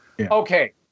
Okay